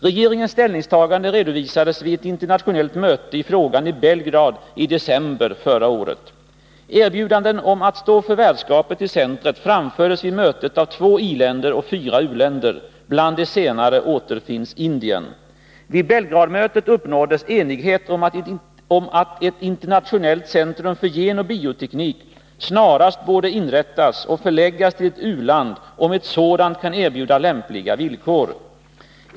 Regeringens ställningstagande redovisades vid ett internationellt möte i frågan i Belgrad i december förra året. Erbjudanden om att stå för värdskapet till centret framfördes vid mötet av två i-länder och fyra u-länder. Bland de senare återfinns Indien. Vid Belgradmötet uppnåddes enighet om att ett internationellt centrum för genoch bioteknik snarast borde inrättas och förläggas till ett u-land, om ett sådant kan erbjuda lämpliga villkor.